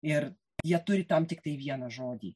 ir jie turi tam tiktai vieną žodį